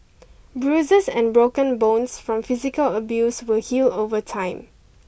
bruises and broken bones from physical abuse will heal over time